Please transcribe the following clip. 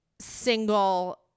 single